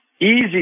easy